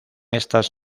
estas